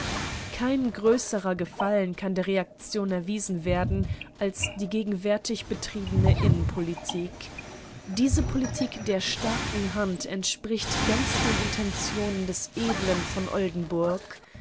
kein größerer gefallen kann der reaktion erwiesen werden als die gegenwärtig betriebene innenpolitik diese politik der starken hand entspricht ganz den intentionen des edlen von oldenburg